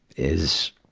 is